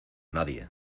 nadie